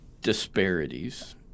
disparities